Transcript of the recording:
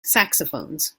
saxophones